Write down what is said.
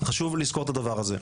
חשוב לזכור את הדבר הזה.